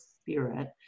spirit